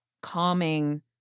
calming